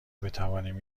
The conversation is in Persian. بتوانیم